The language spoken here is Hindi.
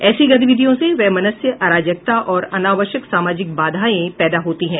ऐसी गतिविधियों से वैमनस्य अराजकता और अनावश्यक सामाजिक बाधाएं पैदा होती हैं